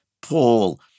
Paul